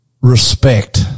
respect